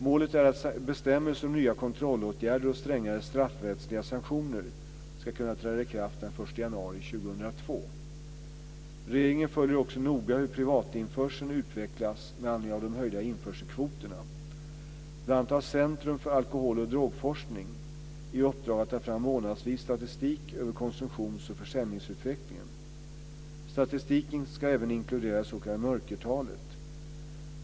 Målet är att bestämmelser om nya kontrollåtgärder och strängare straffrättsliga sanktioner ska kunna träda i kraft den 1 januari 2002. Regeringen följer också noga hur privatinförseln utvecklas med anledning av de höjda införselkvoterna. Bl.a. har Centrum för alkohol och drogforskning SoRAD, i uppdrag att ta fram månadsvis statistik över konsumtions och försäljningsutvecklingen. Statistiken ska även inkludera det s.k. mörkertalet.